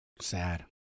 sad